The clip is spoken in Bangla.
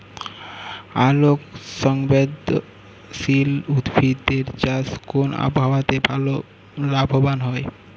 আলোক সংবেদশীল উদ্ভিদ এর চাষ কোন আবহাওয়াতে ভাল লাভবান হয়?